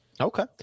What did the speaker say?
Okay